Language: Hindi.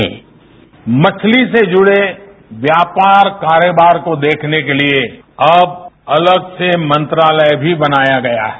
साउंड बाईट मछली से जुड़े व्यापार कारोबार को देखने के लिए अब अलग से मंत्रालय भी बनाया गया है